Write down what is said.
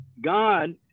God